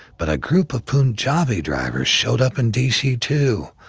but a group of punjabi drivers showed up in d c. too,